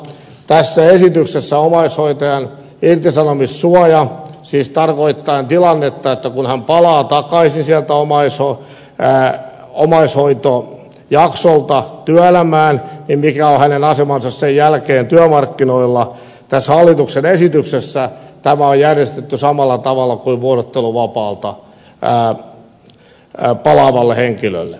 tässä hallituksen esityksessä omaishoitajan irtisanomissuoja siis tarkoittaen sitä mikä on työmarkkinoilla omaishoitajan asema kun hän palaa takaisin omaishoitojakson jälkeen työelämään on järjestetty samalla tavalla kuin vuorotteluvapaalta palaavalle henkilölle